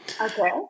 Okay